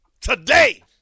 today